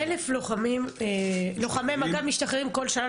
1,000 לוחמי מג"ב משתחררים כל שנה,